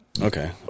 Okay